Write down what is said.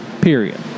Period